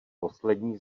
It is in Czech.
poslední